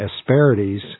asperities